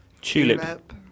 Tulip